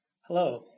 Hello